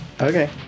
Okay